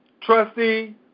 trustee